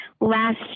Last